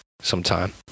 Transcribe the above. sometime